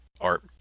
art